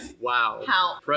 Wow